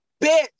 Bitch